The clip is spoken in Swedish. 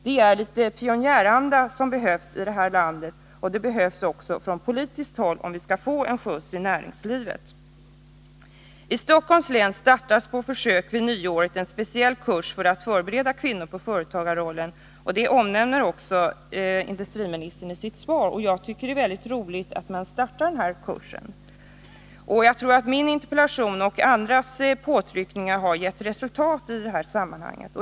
Det är litet pionjäranda som behövs i det här landet, och det behövs också från politiskt håll, om vi skall få en skjuts i näringslivet. I Stockholms län startas på försök vid nyåret en speciell kurs för att förbereda kvinnor för företagarrollen. Det omnämner industriministern också i sitt svar. Jag tycker att det är väldigt roligt att man startar den här kursen. Jag tror att min interpellation och andras påtryckningar har gett resultat i det här sammanhanget.